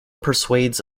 persuades